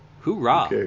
hoorah